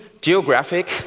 geographic